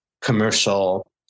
commercial